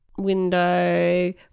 Window